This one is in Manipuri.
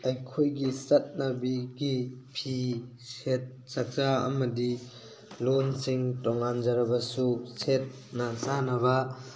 ꯑꯩꯈꯣꯏꯒꯤ ꯆꯠꯅꯕꯤꯒꯤ ꯐꯤꯁꯦꯠ ꯆꯛꯆꯥ ꯑꯃꯗꯤ ꯂꯣꯟꯁꯤꯡ ꯇꯣꯉꯥꯟꯖꯔꯕꯁꯨ ꯁꯦꯠꯅ ꯆꯥꯅꯕ